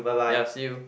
ya see you